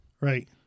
Right